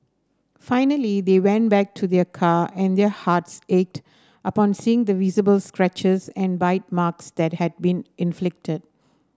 finally they went back to their car and their hearts ached upon seeing the visible scratches and bite marks that had been inflicted